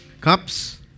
cups